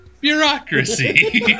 Bureaucracy